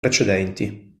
precedenti